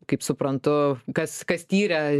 kaip suprantu kas kas tyrę